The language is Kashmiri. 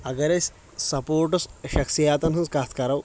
اگر أسۍ سپورٹٕس شخصیات ہٕنٛز کتھ کرو